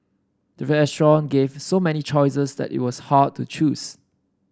the restaurant gave so many choices that it was hard to choose